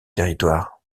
territoire